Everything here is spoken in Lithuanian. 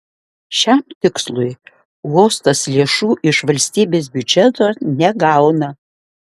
šiam tikslui uostas lėšų iš valstybės biudžeto negauna